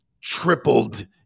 tripled